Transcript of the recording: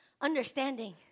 understanding